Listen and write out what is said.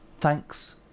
Thanks